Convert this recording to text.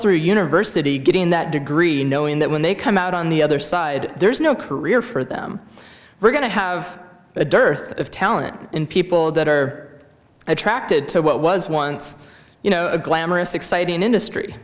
through university getting that degree knowing that when they come out on the other side there's no career for them we're going to have a dearth of talent in people that are attracted to what was once you know a glamorous